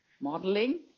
modeling